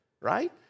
right